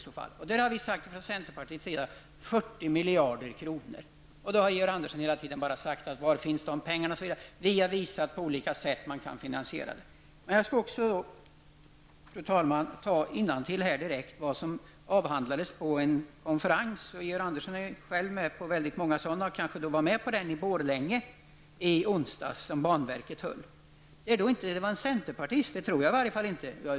Vi har från centerpartiets sida sagt 40 miljarder kronor. Georg Andersson har då hela tiden frågat var dessa pengar finns. Vi har visat på olika sätt att finansiera det. Jag skulle, fru talman, vilja tala om vad som avhandlades på en konferens. Georg Andersson är med på många sådana. Kanske var han med på denna konferens som banverket höll i onsdags i Borlänge.